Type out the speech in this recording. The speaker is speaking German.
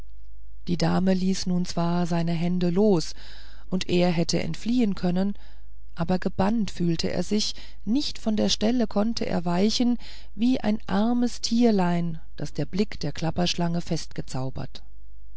die dame ließ nun zwar seine hände los und er hätte entfliehen können aber gebannt fühlte er sich nicht von der stelle konnte er weichen wie ein armes tierlein das der blick der klapperschlange